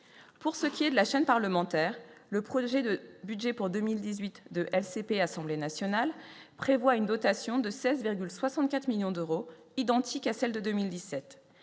pour ce qui est de la Chaîne parlementaire, le projet de budget pour 2018 de LCP Assemblée nationale prévoit une dotation de 16,64 millions d'euros, identique à celle de 2017